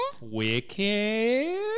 Wicked